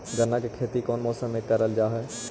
गन्ना के खेती कोउन मौसम मे करल जा हई?